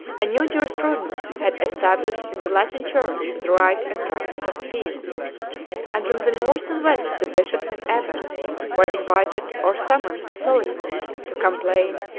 a new jurisprudence had established in the latin church the right and practice of appeals and from the north and west the bishops and abbots were invited or summoned to solicit, to complain,